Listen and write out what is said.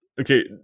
okay